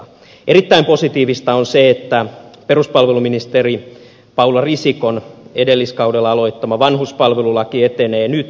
erittäin positiivista on se että peruspalveluministeri paula risikon edelliskaudella aloittama vanhuspalvelulaki etenee nyt